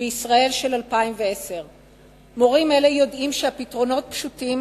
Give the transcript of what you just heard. בישראל של 2010. מורים אלה יודעים שהפתרונות פשוטים